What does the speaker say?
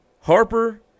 Harper